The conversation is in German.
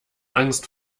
angst